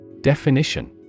Definition